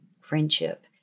friendship